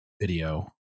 video